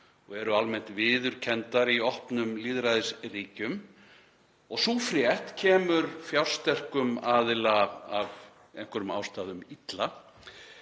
og eru almennt viðurkenndar í opnum lýðræðisríkjum, og sú frétt kemur fjársterkum aðila af einhverjum ástæðum illa,